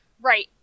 Right